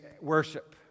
worship